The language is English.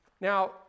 Now